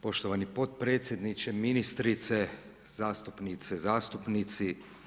Poštovani potpredsjedniče, ministrice, zastupnice zastupnici.